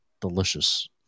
delicious